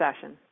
session